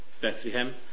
Bethlehem